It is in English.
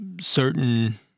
certain